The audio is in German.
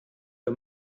wir